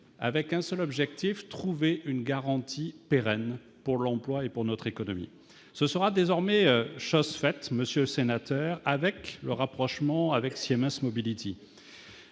un seul objectif : trouver une garantie pérenne pour l'emploi et pour notre économie. Ce sera désormais chose faite, monsieur le sénateur, avec le rapprochement d'Alstom